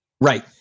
Right